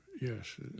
yes